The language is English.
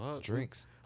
Drinks